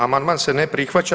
Amandman se ne prihvaća.